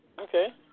Okay